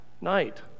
night